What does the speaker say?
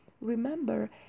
remember